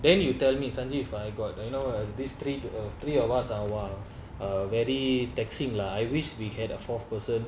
then you tell me sanjeev I got uh now I have this three three of us ah !wah! err very taxing lah I wish we had a fourth person